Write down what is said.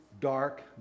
dark